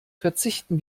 verzichten